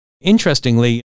Interestingly